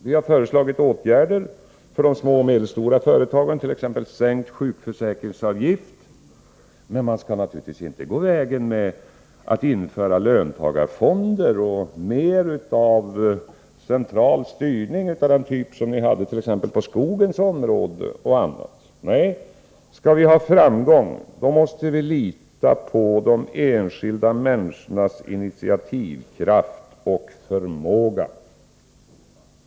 Vi har föreslagit åtgärder för de små och medelstora företagen, t.ex. sänkt sjukförsäkringsavgift, men man skall naturligtvis inte gå fram via löntagarfonder och mer av central styrning, av den typ som socialdemokraterna föreslog t.ex. på skogens område. Nej, skall vi ha framgång måste vi lita till de enskilda människornas initiativkraft och förmåga.